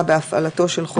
חם,